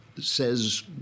says